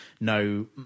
no